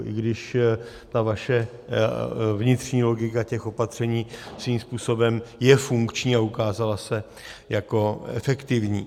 I když ta vaše vnitřní logika těch opatření svým způsobem je funkční a ukázala se jako efektivní.